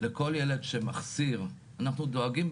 לכל ילד שמחסיר אנחנו דואגים,